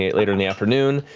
ah later in the afternoon.